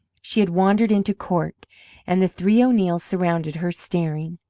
she had wandered into cork and the three o'neills surrounded her, staring.